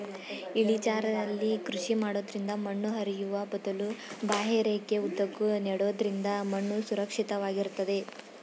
ಇಳಿಜಾರಲ್ಲಿ ಕೃಷಿ ಮಾಡೋದ್ರಿಂದ ಮಣ್ಣು ಹರಿಯುವ ಬದಲು ಬಾಹ್ಯರೇಖೆ ಉದ್ದಕ್ಕೂ ನೆಡೋದ್ರಿಂದ ಮಣ್ಣು ಸುರಕ್ಷಿತ ವಾಗಿರ್ತದೆ